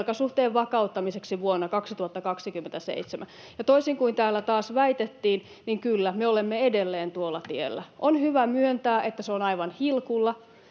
velkasuhteen vakauttamiseksi vuonna 2027, ja toisin kuin täällä taas väitettiin, niin kyllä me olemme edelleen tuolla tiellä. On hyvä myöntää, että se on aivan hilkulla.